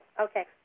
Okay